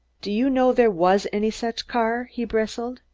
do you know there was any such car? he bristled.